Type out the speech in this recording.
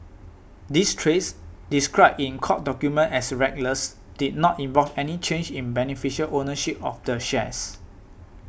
these trades described in court documents as reckless did not involve any change in beneficial ownership of the shares